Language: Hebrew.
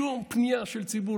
שום פנייה של ציבור,